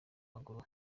maguru